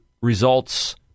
results